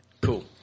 Cool